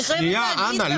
אני חייבת להגיד לך,